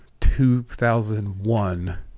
2001